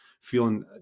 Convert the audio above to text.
feeling